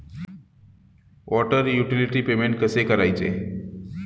Water utility payment कसे करायचे?